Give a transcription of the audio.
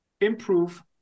Improve